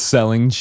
Selling